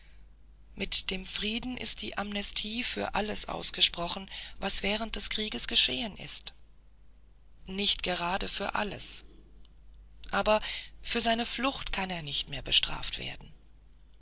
mit dem frieden ist die amnestie für alles ausgesprochen was während des krieges geschehen ist nicht gerade für alles aber für seine flucht kann er nicht mehr bestraft werden